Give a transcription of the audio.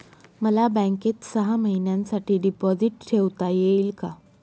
मला बँकेत सहा महिन्यांसाठी डिपॉझिट ठेवता येईल का?